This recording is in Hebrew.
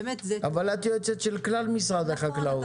אבל את יועצת של כלל משרד החקלאות.